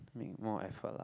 make more effort lah